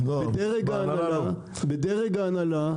בדרג ההנהלה,